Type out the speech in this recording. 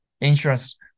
insurance